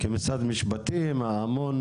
כמשרד משפטים האמון